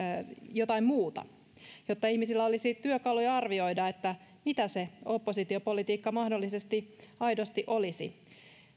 jotain muuta jotta ihmisillä olisi työkaluja arvioida mitä se oppositiopolitiikka mahdollisesti aidosti olisi